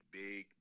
big